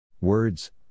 Words